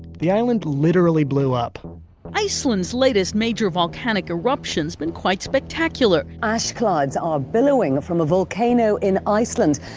the island literally blew up iceland's latest major volcanic eruption's been quite spectacular ash clouds are billowing from a volcano in iceland,